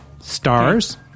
Stars